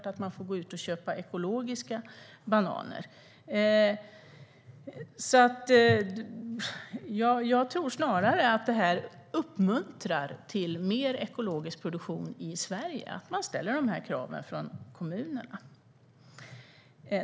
Då måste man såklart köpa ekologiska bananer utifrån. Jag tror snarare att det uppmuntrar till mer ekologisk produktion i Sverige när kommunerna ställer de här kraven.